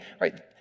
right